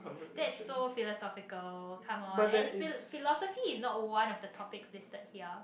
that's so philosophical come on and philosophy is not one of the topic listed one